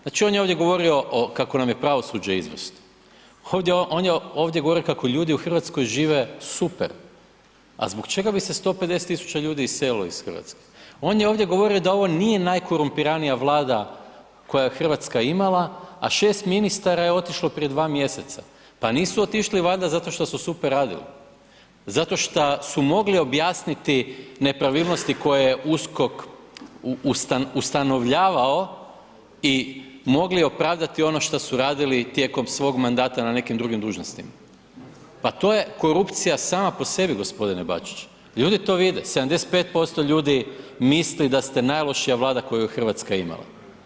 Znači, on je ovdje govorio o, kako nam je pravosuđe izvrsno, ovdje, on je ovdje govorio kako ljudi u RH žive super, a zbog čega bi se 150 000 ljudi iselilo iz RH, on je ovdje govorio da ovo nije najkorumpiranija Vlada koja je RH imala, a 6 ministara je otišlo prije 2 mjeseca, pa nisu otišli valjda zato što su super radili, zato šta su mogli objasniti nepravilnosti koje je USKOK ustanovljavao i mogli opravdati ono šta su radili tijekom svog mandata na nekim drugim dužnostima, pa to je korupcija sama po sebi g. Bačić, ljudi to vide, 75% ljudi misli da ste najlošija Vlada koju je RH imala.